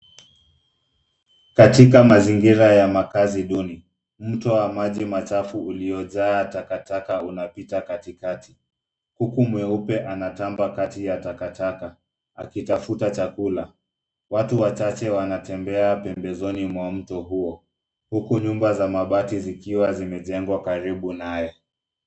Katika mazingira ya makazi duni, mto wa maji machafu uliojaa takataka unapita katikati. Kuku mweupe anatamba kati ya takataka, akitafuta chakula. Watu wachache wanatembea pembezoni mwa mto huo, huku nyumba za mabati zikiwa zimejengwa karibu naye.